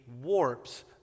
warps